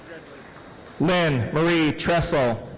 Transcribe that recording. lynne marie tressel.